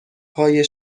های